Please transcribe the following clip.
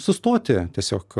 sustoti tiesiog